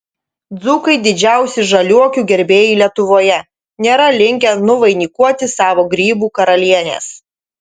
dzūkai didžiausi žaliuokių gerbėjai lietuvoje nėra linkę nuvainikuoti savo grybų karalienės